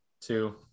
two